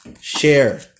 Share